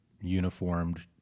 uniformed